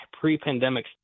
pre-pandemic